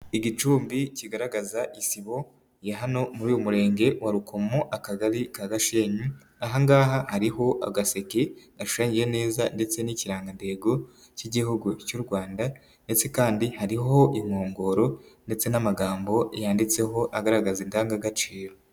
Igicumbi kigaragaza isibo ya hano muri uyu Murenge wa Rukomo akagari ka Gasenyi ahangaha hariho agaseke gashushanyije neza ndetse n'ikirangandego cy'igihugu cy'u Rwanda, ndetse kandi hariho inkongoro ndetse n'amagambo yanditseho agaragaza indangagaciro.